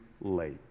late